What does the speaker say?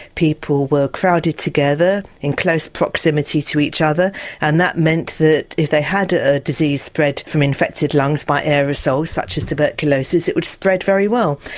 people were crowded together in close proximity to each other and that meant if they had a disease spread from infected lungs by aerosols such as tuberculosis it would spread very well.